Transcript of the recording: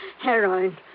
heroin